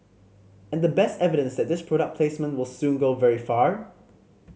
and the best evidence that this product placement will soon go very far